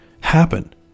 happen